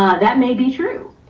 ah that may be true,